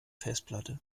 festplatte